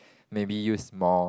maybe use more